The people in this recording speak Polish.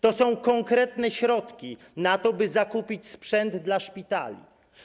To są konkretne środki na to, by zakupić sprzęt dla szpitali.